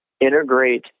Integrate